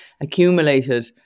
accumulated